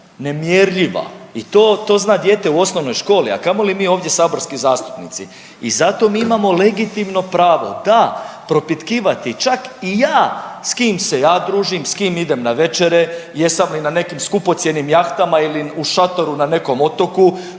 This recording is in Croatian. nemjerljiva i to, to zna dijete u osnovnoj školi, a kamoli mi ovdje saborski zastupnici. I zato mi imamo legitimno pravo da propitkivati čak i ja s kim se ja družim, s kim idem na večere, jesam li na nekim skupocjenim jahtama ili u šatoru na nekom otoku,